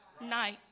night